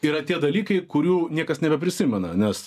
yra tie dalykai kurių niekas nebeprisimena nes